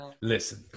Listen